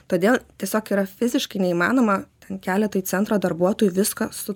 todėl tiesiog yra fiziškai neįmanoma ten keletui centro darbuotojų viską su